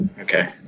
Okay